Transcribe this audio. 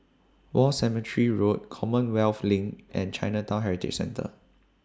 War Cemetery Road Commonwealth LINK and Chinatown Heritage Centre